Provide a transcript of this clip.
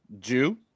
Jew